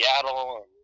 Seattle